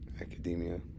Academia